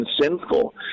sinful